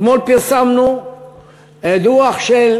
אתמול פרסמנו דוח של